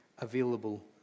available